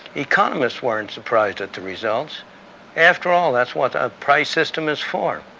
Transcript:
economists weren't surprised at the results after all, that's what a price system is for.